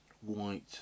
white